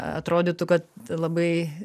atrodytų kad labai